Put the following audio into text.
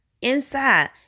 Inside